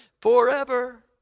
forever